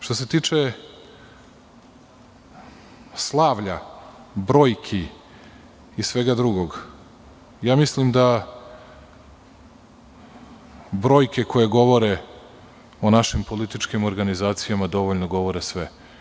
Što se tiče slavlja, brojki, i svega drugog, mislim da brojke koje govore o našim političkih organizacijama dovoljno govore sve.